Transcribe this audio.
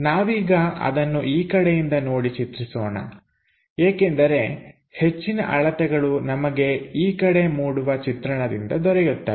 ನಾವೀಗ ಅದನ್ನು ಈ ಕಡೆಯಿಂದ ನೋಡಿ ಚಿತ್ರಸೋಣ ಏಕೆಂದರೆ ಹೆಚ್ಚಿನ ಅಳತೆಗಳು ನಮಗೆ ಈ ಕಡೆ ಮೂಡುವ ಚಿತ್ರಣದಿಂದ ದೊರೆಯುತ್ತವೆ